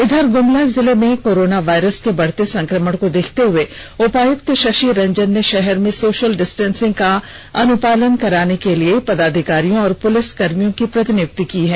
इधर ग्रमला जिले में कोरोना वायरस के बढ़ते संक्रमण को देखते हर्ए उपायुक्त शशि रंजन ने शहर में सोशल डिस्टेंसिंग का अनुपालन कराने के लिए पदाधिकारियों और पुलिस कर्मियों की प्रतिनियुक्ति की है